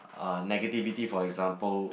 uh negativity for example